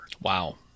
Wow